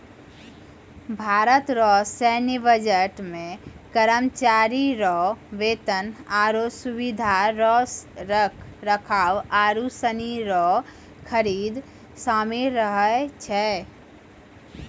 भारत रो सैन्य बजट मे करमचारी रो बेतन, आरो सुबिधा रो रख रखाव आरू सनी रो खरीद सामिल रहै छै